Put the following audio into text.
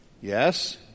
Yes